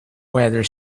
whether